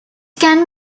can